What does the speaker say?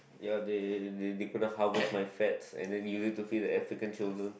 ya they they couldn't harvest my fats and then you need to feed the African children